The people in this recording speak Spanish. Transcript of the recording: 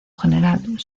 general